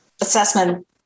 assessment